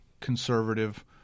conservative